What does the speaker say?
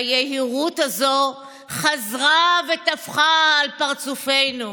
והיהירות הזאת חזרה וטפחה על פרצופנו.